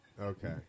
Okay